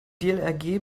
dlrg